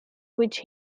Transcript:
which